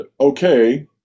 okay